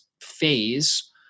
phase